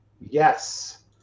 Yes